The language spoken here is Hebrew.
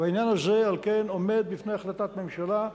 ועל כן העניין הזה עומד בפני החלטת ממשלה,